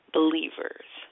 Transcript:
Believers